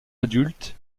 adulte